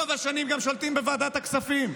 רוב השנים גם שולטים בוועדת הכספים,